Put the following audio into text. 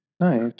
Nice